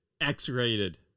X-rated